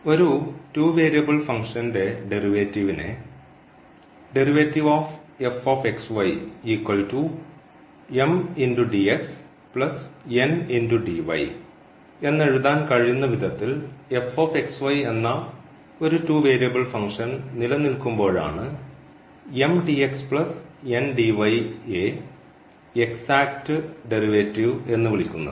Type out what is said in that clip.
ഒരു 2 വേരിയബിൾ ഫംഗ്ഷൻറെ ഡെറിവേറ്റീവ്നെ എന്നെഴുതാൻ കഴിയുന്ന വിധത്തിൽ എന്ന ഒരു 2 വേരിയബിൾ ഫംഗ്ഷൻ നിലനിൽക്കുമ്പോഴാണ് നെ എക്സാക്റ്റ് ഡെറിവേറ്റീവ് എന്നു വിളിക്കുന്നത്